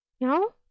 No